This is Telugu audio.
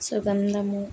సుగంధము